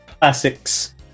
classics